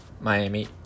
Miami